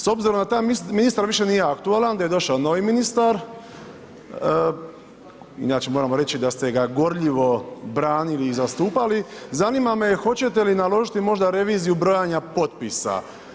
S obzirom da taj ministar više nije aktualan, da je došao novi ministar, inače moramo reći da ste ga gorljivo branili i zastupali, zanima me hoćete li naložiti možda reviziju brojanja potpisa?